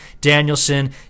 Danielson